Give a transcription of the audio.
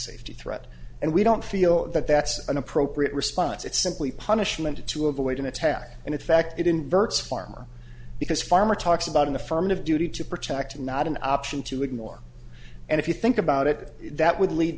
safety threat and we don't feel that that's an appropriate response it's simply punishment to avoid an attack and in fact it inverts farmer because farmer talks about an affirmative duty to protect and not an option to ignore and if you think about it that would lead